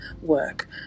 work